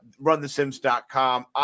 RunTheSims.com